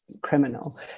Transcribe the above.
criminal